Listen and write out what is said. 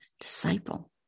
disciple